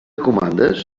comandes